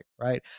right